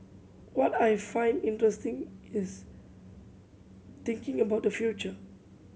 what I find interesting is thinking about the future